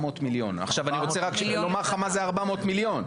לומר לך מה זה 400 מיליון.